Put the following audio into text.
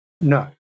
No